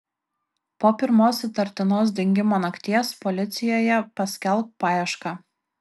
po pirmos įtartinos dingimo nakties policijoje paskelbk paiešką